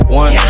one